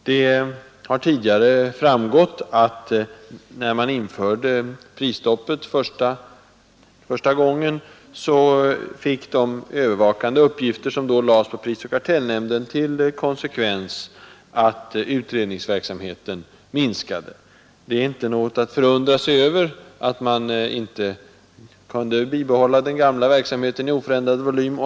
Det har tidigare framgått att när man införde prisstoppet första gången, fick de övervakande uppgifter som då lades på prisoch kartellnämnden till konsekvens att utredningsverksamheten minskade. Det är inte något att förundra sig över att man inte kunde bibehålla den gamla verksamheten vid oförändrad volym.